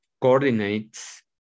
coordinates